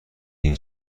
این